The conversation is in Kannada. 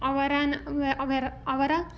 ಅವರ ಅವರ ಅವರ